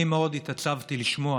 אני מאוד התעצבתי לשמוע